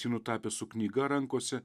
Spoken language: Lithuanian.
jį nutapė su knyga rankose